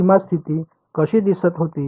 ही सीमा स्थिती कशी दिसत होती